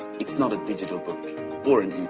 it's not a digital book or